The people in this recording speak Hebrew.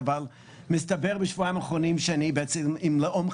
אתה בעד להגדיל את מספר